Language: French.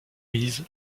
mise